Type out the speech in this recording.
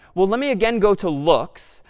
well, let me again go to looks.